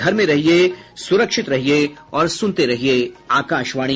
घर में रहिये सुरक्षित रहिये और सुनते रहिये आकाशवाणी